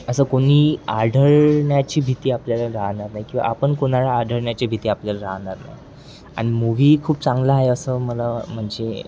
असं कोणी आढळण्याची भीती आपल्याला राहणार नाही किंवा आपण कोणाला आढळण्याची भीती आपल्याला राहणार नाही आणि मूव्हीही खूप चांगला आहे असं मला म्हणजे